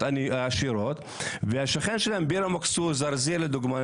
עשירות והשכן שלהם ביר אל מכסור זרזיר לדוגמה,